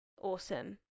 awesome